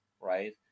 right